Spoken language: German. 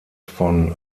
von